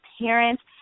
parents